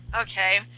okay